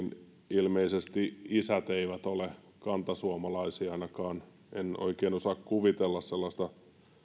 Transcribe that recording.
ilmeisesti isät eivät ole kantasuomalaisia ainakaan en oikein osaa kuvitella sellaista